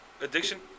Addiction